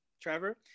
Trevor